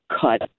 cut